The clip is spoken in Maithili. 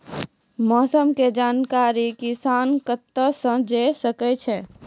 मौसम के जानकारी किसान कता सं जेन सके छै?